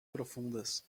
profundas